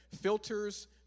Filters